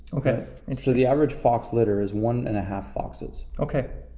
okay. and so the average fox litter is one and a half foxes. okay.